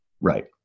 Right